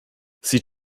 sie